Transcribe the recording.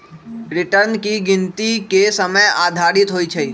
return की गिनति के समय आधारित होइ छइ